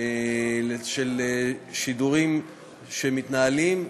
יש שידורים שמתנהלים,